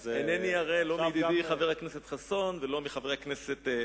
לא מידידי חבר הכנסת חסון ולא מחבר הכנסת רמון.